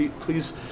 Please